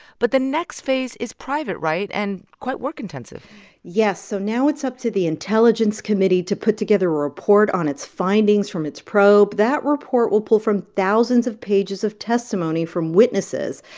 but the next phase is private right? and quite work intensive yes. so now it's up to the intelligence committee to put together a report on its findings from its probe. probe. that report will pull from thousands of pages of testimony from witnesses,